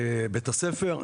בית הספר.